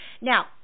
now